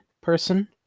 person